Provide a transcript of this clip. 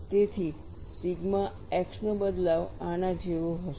તેથી sigma x નો બદલાવ આના જેવો હશે